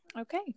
okay